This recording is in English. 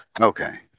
Okay